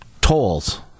tolls